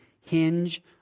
hinge